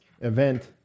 event